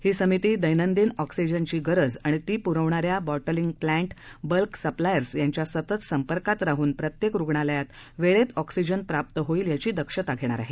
ही समिती दर्दीदिन ऑक्सीजनची गरज आणि ती पुरविणाऱ्या बॉटलींग प्लॅंट बल्क सप्लायर्स यांच्या सतत संपर्कात राहून प्रत्येक रुग्णालयात वेळेत ऑक्सीजन प्राप्त होईल याची दक्षता घेणार आहे